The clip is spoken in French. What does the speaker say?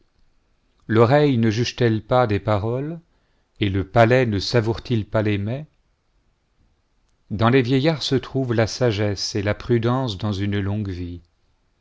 l'oreillo ne juge telle pas des aroles et le palais ne savoit pas les mains dans les vieillards se trouve la sagesse et la prudence dans une longue vie